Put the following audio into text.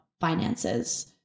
finances